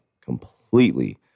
Completely